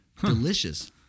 delicious